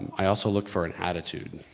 i also look for an attitude.